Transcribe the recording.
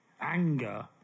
anger